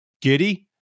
giddy